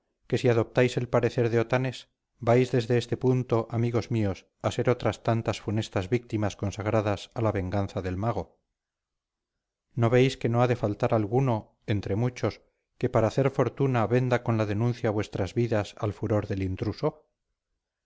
que si adoptáis el parecer de otanes vais desde este punto amigos míos a ser otras tantas funestas víctimas consagradas a la venganza del mago no veis que no ha de faltar alguno entre muchos que para hacer fortuna venda con la denuncia vuestras vidas al furor del intruso